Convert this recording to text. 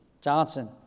Johnson